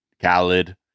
Khaled